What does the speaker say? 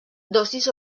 dosis